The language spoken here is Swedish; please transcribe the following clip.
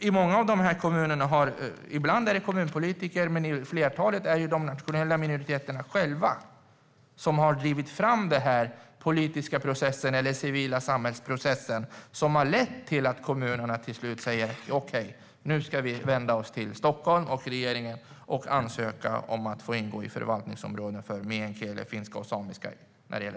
I många av dessa kommuner är det ibland kommunpolitiker men oftast de nationella minoriteterna själva som driver den politiska process eller den civila samhällsprocess som leder till att kommunerna till slut säger: Okej, nu ska vi vända oss till Stockholm och regeringen och ansöka om att få ingå i förvaltningsområdena för meänkieli, finska och samiska.